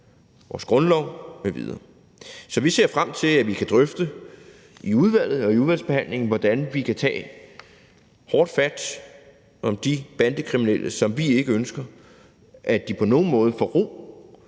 vores grundlov m.v. Så vi ser frem til, at vi kan drøfte i udvalget og i udvalgsbehandlingen, hvordan vi kan tage hårdt fat om de bandekriminelle, som vi ikke ønsker på nogen måde får ro